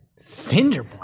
Cinderblock